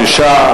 6,